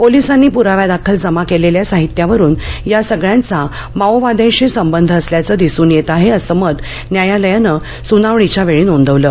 पोलिसांनी पुराव्यादाखल जमा केलेल्या साहित्यावरुन या सगळ्यांचा माओवाद्यांशी संबंध असल्याचं दिसून येत आहे असं मत न्यायालयानं सुनावणीवेळी नोंदवलं